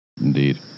Indeed